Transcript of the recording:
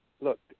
Look